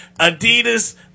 Adidas